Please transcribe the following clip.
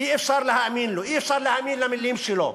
אי-אפשר להאמין לו, אי-אפשר להאמין למילים שלו.